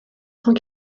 cent